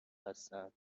هستند